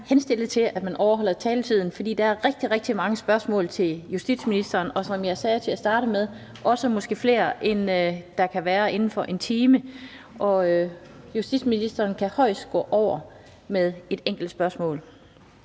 henstille til, at man overholder taletiden, for der er rigtig, rigtig mange spørgsmål til justitsministeren, og som jeg sagde til at starte med: måske også flere, end kan være inden for 1 time. Justitsministeren kan højst gå over med et enkelt spørgsmål.